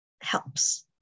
helps